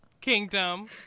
kingdom